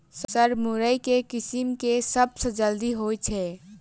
Sir मुरई केँ किसिम केँ सबसँ जल्दी होइ छै?